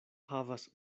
havas